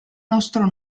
nostro